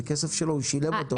זה כסף שלו, הוא שילם אותו.